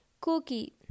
cookie